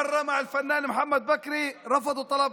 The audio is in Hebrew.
פעם אחת עם האומן מוחמד בכרי, והם סירבו לבקשתנו,